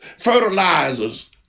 fertilizers